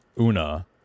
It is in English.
Una